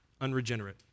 unregenerate